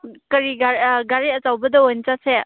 ꯀꯔꯤ ꯒꯥꯔꯤ ꯒꯥꯔꯤ ꯑꯆꯧꯕꯗ ꯑꯣꯏꯅ ꯆꯠꯁꯦ